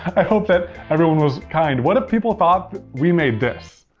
i hope that everyone was kind. what if people thought we made this?